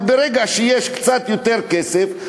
אבל ברגע שיש קצת יותר כסף,